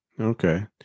Okay